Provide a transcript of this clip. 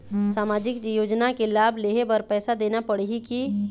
सामाजिक योजना के लाभ लेहे बर पैसा देना पड़ही की?